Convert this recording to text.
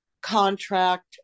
contract